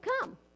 come